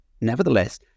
nevertheless